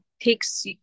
takes